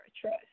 trust